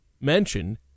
mentioned